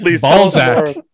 Balzac